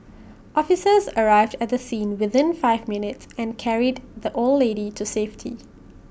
officers arrived at the scene within five minutes and carried the old lady to safety